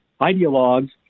ideologues